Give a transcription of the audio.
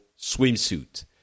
swimsuit